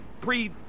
pre-